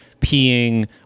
peeing